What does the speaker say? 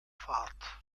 fahrt